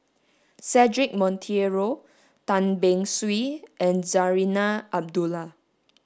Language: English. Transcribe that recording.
Cedric Monteiro Tan Beng Swee and Zarinah Abdullah